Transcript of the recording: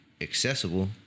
accessible